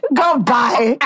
goodbye